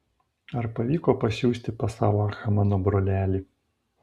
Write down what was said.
ar pavyko pasiųsti pas alachą mano brolelį